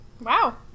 Wow